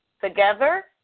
together